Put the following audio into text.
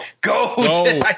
go